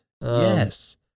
Yes